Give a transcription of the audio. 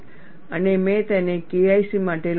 અને મેં તેને KIC માટે લખ્યું છે